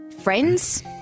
friends